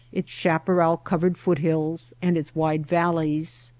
its chaparral-cov ered foot-hills, and its wide valleys.